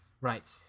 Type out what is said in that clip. Right